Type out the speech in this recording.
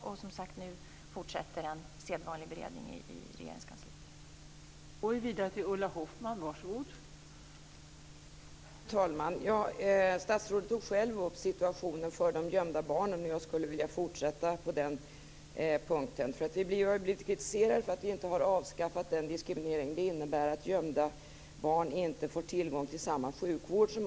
Nu fortsätter arbetet med en sedvanlig beredning i Regeringskansliet.